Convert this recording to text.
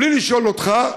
בלי לשאול אותך,